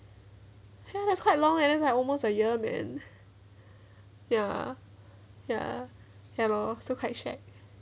ya that's quite long eh that's like almost a year man ya ya ya lor so quite shit